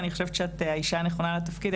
ואני חושבת שאת האישה הנכונה לתפקיד.